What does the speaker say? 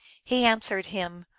he answered him,